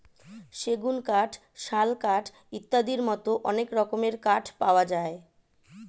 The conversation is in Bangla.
সেগুন কাঠ, শাল কাঠ ইত্যাদির মতো অনেক রকমের কাঠ পাওয়া যায়